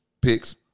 Picks